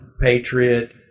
Patriot